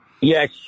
Yes